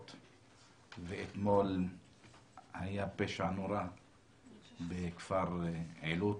ואתמול היה פשע נורא בכפר עילוט,